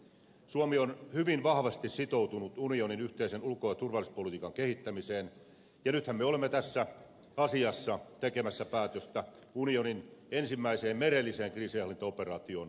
suomi on hyvin vahvasti sitoutunut unionin yhteisen ulko ja turvallisuuspolitiikan kehittämiseen ja nythän me olemme tässä asiassa tekemässä päätöstä unionin ensimmäiseen merelliseen kriisinhallintaoperaatioon osallistumisesta